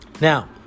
Now